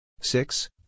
Six